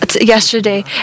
yesterday